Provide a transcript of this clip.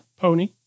Pony